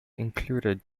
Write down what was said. included